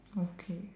okay